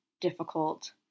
difficult